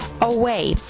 away